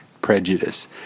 prejudice